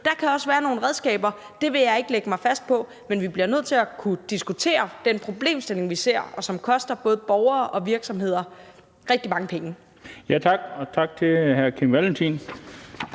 Der kan også være nogle redskaber, og det vil jeg ikke lægge mig fast på, men vi bliver nødt til at kunne diskutere den problemstilling, vi ser, og som koster både borgere og virksomheder rigtig mange penge. Kl. 16:12 Den fg. formand